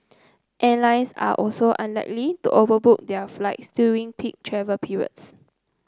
airlines are also unlikely to overbook their flights during peak travel periods